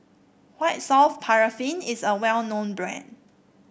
White Soft Paraffin is a well known brand